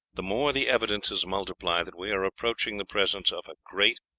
the more the evidences multiply that we are approaching the presence of a great,